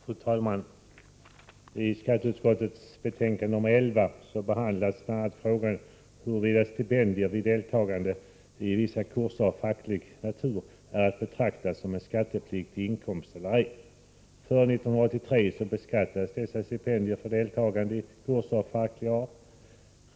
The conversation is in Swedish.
Fru talman! I skatteutskottets betänkande 11 behandlas bl.a. frågan huruvida stipendier vid deltagande i vissa kurser av facklig natur är att betrakta som skattefri inkomst eller ej. Före 1983 beskattades dessa stipendier för deltagande i kurser av facklig art.